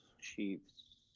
Chiefs